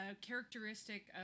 characteristic